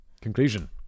conclusion